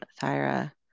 Thyra